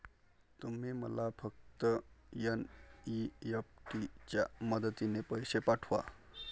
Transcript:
तुम्ही मला फक्त एन.ई.एफ.टी च्या मदतीने पैसे पाठवा